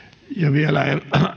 vielä